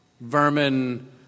vermin